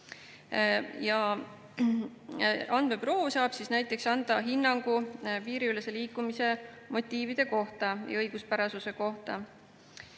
Andmebüroo saab näiteks anda hinnangu piiriülese liikumise motiivide ja õiguspärasuse kohta.